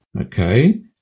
Okay